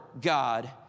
God